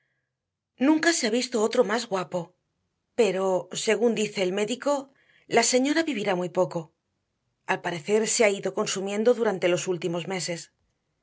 nunca se ha visto otro más guapo pero según dice el médico la señora vivirá muy poco al parecer se ha ido consumiendo durante los últimos meses